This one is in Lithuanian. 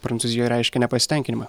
prancūzijoje reiškia nepasitenkinimą